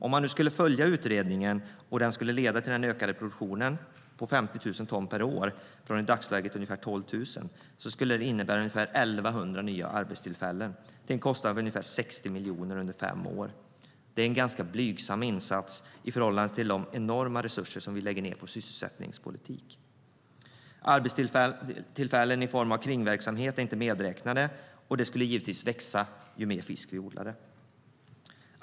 Om man skulle följa utredningen och om det skulle leda till ökad produktion på 50 000 ton per år, jämfört med ungefär 12 000 i dagsläget, skulle det innebära ungefär 11 000 nya arbetstillfällen till en kostnad av ca 60 miljoner på fem år. Det är en ganska blygsam insats i förhållande till de enorma resurser vi lägger ned på sysselsättningspolitik. Arbetstillfällen i form av kringverksamheter är inte medräknade, och det skulle givetvis växa ju mer fisk vi odlade.